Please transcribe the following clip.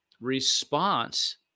response